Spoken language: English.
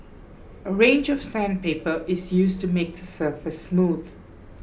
a range of sandpaper is used to make the surface smooth